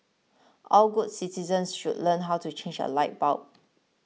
all good citizens should learn how to change a light bulb